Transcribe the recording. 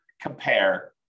compare